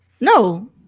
No